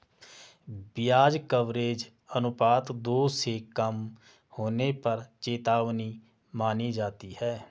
ब्याज कवरेज अनुपात दो से कम होने पर चेतावनी मानी जाती है